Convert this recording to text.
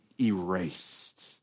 erased